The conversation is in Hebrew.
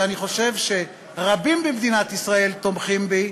ואני חושב שרבים במדינת ישראל תומכים בי,